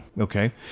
Okay